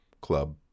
club